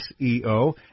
SEO